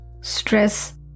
Stress